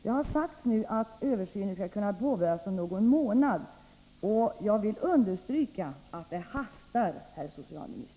Det har nu sagts att översynen skall kunna påbörjas om någon månad. Jag vill understryka, herr socialminister, att det hastar.